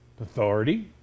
Authority